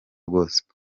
gospel